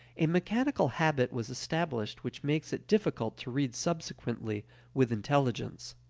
a mechanical habit was established which makes it difficult to read subsequently with intelligence.